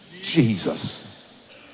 Jesus